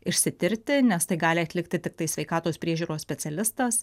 išsitirti nes tai gali atlikti tiktai sveikatos priežiūros specialistas